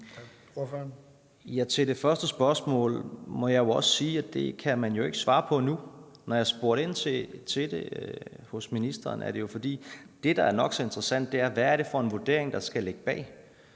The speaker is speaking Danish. Ja, til det første spørgsmål må jeg jo også sige, at det kan man jo ikke svare på nu. Når jeg spurgte ind til det hos ministeren, er det jo, fordi det, der er nok så interessant, er, hvad det er for en vurdering, der skal ligge bag.